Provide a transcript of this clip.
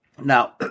now